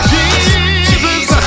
Jesus